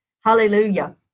hallelujah